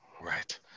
right